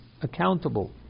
accountable